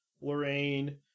Lorraine